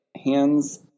Hands